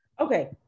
Okay